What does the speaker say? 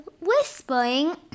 whispering